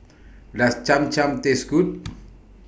Does Cham Cham Taste Good